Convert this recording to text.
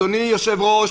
אדוני היושב-ראש,